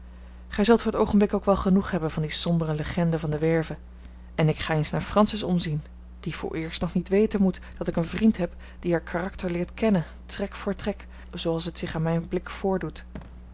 gij zult voor het oogenblik ook wel genoeg hebben van die sombere legende van de werve en ik ga eens naar francis omzien die vooreerst nog niet weten moet dat ik een vriend heb die haar karakter leert kennen trek voor trek zooals het zich aan mijn blik voordoet